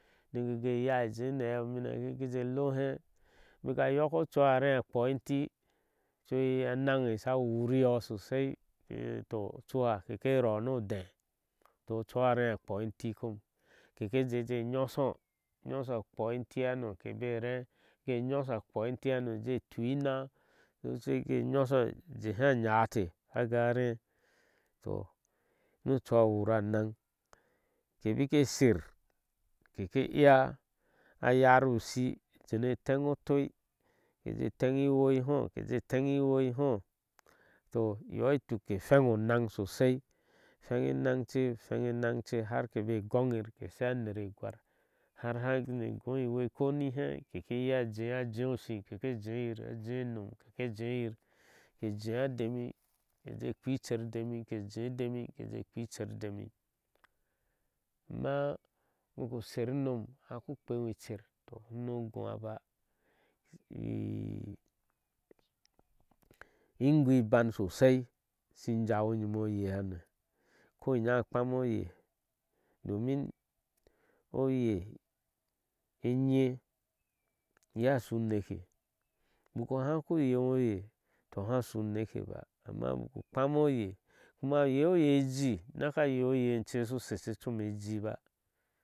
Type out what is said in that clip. Ni keke yaa jee a hɛɛi onineka keje lee oheh baka yok kodu a a kpɔɔh e eli odi anaŋe ka wuriyo sosai e toh odina keke rɔɔ nu odɛɛ ochu a akpɔɔh eti chom keke jee nyosho nyosho kpɔɔh eta hano kebe rehh keshe nyosho a kpoɔh etihamo kebe tui inaah ke shike nyosho kebe gehi anyate aka areeh nu ochu a wura anary ke bike ser, keke iya a yari yir ishi keje teŋ ofoi kejɛɛ teŋi iwhɔi huɔ keje teŋi i whɔi huɔ toh iyo ituk ke weŋ onan sosai hweŋ enaŋ che ke hweŋ a naŋ che har kebe ghohir ke so a nere gwar har keha goni soyir ihwei kona he keke iya jiya a juyi ol shií keke jeyir a jiya a nom ke jeyir ke jiya dami kekpicher demi ke je demi kece kpíí cher demi ama ubaku ser ino uhau kpeŋo icher oshuno guwa ba in gui ban sosai in jawi yim oyehame ko inya akpme oye domin oye enye iye ashu uneke unbaku uhaky uyeŋo oye toh uhasu uneke doa ama ubaku kpam oye kuma uye oye eju neka ye oye enche seche o nyome jíí ba.